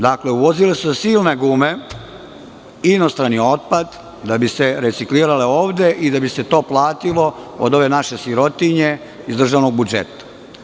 Dakle, uvozili su silne gume, inostrani otpad, da bi se reciklirale ovde i da bi se to platilo od ove naše sirotinje iz državnog budžeta.